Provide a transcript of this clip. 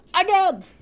Again